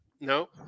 No